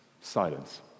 silence